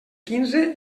quinze